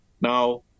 Now